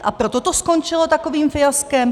A proto to skončilo takovým fiaskem.